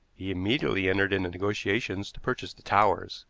he immediately entered into negotiations to purchase the towers,